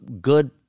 good